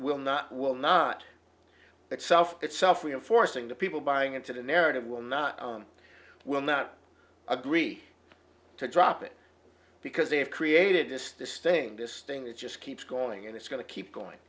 not will not itself itself reinforcing the people buying into the narrative will not will not agree to drop it because they have created this this thing this thing that just keeps going and it's going to keep going